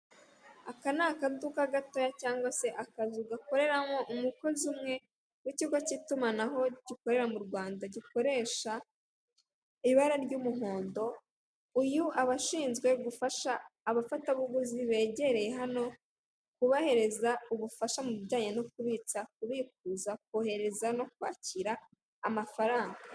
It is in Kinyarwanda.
Aka n'akaduka gatoya cyangwa se akazi gakoreramo umukozi umwe w'ikigo cy'itumanaho gikorera mu Rwanda, gikoresha ibara ry'umuhondo uyu abashinzwe gufasha abafatabuguzi begereye hano kubahereza ubufasha mu bijyanye no kubitsa, kubikuza, kohereza no kwakira amafaranga.